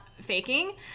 faking